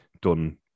done